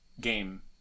game